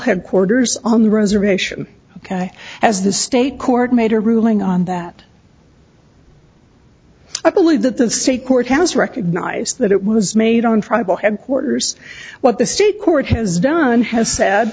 headquarters on the rosary issue ok as the state court made a ruling on that i believe that the state court has recognized that it was made on tribal headquarters what the state court has done has said